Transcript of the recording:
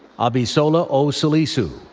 abisola o. salisu.